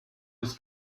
des